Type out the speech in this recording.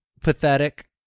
pathetic